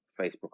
Facebook